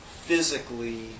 physically